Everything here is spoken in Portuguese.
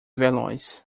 veloz